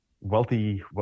wealthy